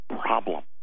problem